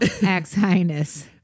ex-highness